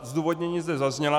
Zdůvodnění zde zazněla.